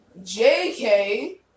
JK